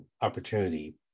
opportunity